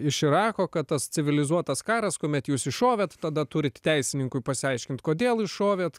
iš irako kad tas civilizuotas karas kuomet jūs iššovėt tada turit teisininkui pasiaiškint kodėl iššovėt